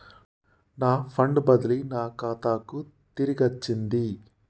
నా ఫండ్ బదిలీ నా ఖాతాకు తిరిగచ్చింది